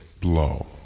blow